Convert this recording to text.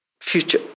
future